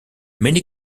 many